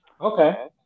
okay